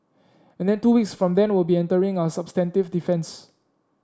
and then two weeks from then we'll be entering our substantive defence